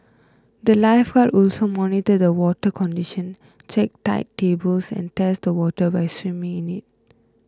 the lifeguard also monitor the water condition check tide tables and test the water by swimming in it